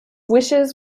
wishes